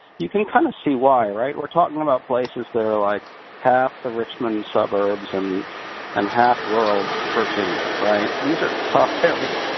you can kind of see why, right? we're talking about places that are like half the richmond suburbs and and half rural virginia. right? these are tough areas,